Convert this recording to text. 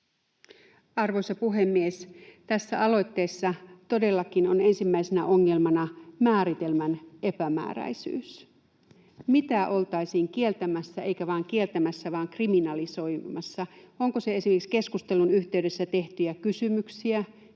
Arvoisa puhemies! Tässä aloitteessa todellakin on ensimmäisenä ongelmana määritelmän epämääräisyys. Mitä oltaisiin kieltämässä — eikä vain kieltämässä vaan kriminalisoimassa? Onko se esimerkiksi keskustelun yhteydessä tehtyjä kysymyksiä,